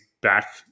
back